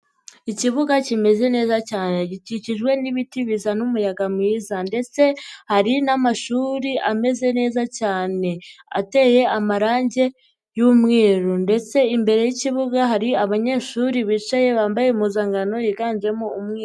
Ikibuga kimeze neza cyane, gikikijwe n'ibiti bizana umuyaga mwiza ndetse hari n'amashuri ameze neza cyane, ateye amarange y'umweru ndetse imbere y'ikibuga hari abanyeshuri bicaye, bambaye impuzankano yiganjemo umweru.